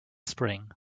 spring